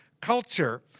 culture